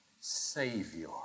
Savior